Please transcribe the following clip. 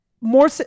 more